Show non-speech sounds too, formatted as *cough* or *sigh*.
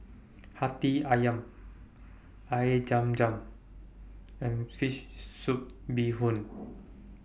Hati Ayam Air Zam Zam and Fish Soup Bee Hoon *noise*